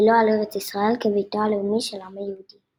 ולא על ארץ ישראל כביתו הלאומי של העם היהודי.